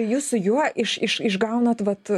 jis su juo iš iš išgaunat vat